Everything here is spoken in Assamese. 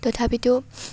তথাপিতো